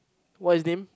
what his name